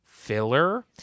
Filler